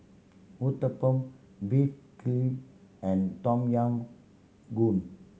Uthapam Beef glee and Tom Yam Goong